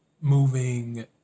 moving